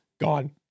gone